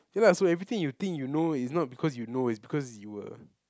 ya lah so everything you think you know is not because you know is because you were